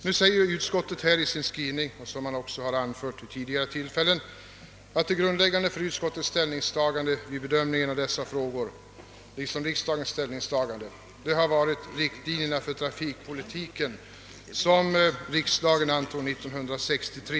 Nu säger utskottet här i sin skrivning, något som man också har anfört vid tidigare tillfällen, att grundläggande för utskottets ställningstagande vid bedömningen av dessa frågor, liksom för riksdagens ställningstaganden har varit de riktlinjer för trafikpolitiken som riksdagen antog 1963.